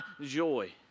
joy